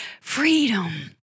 Freedom